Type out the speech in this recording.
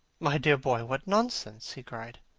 my dear boy, what nonsense! he cried.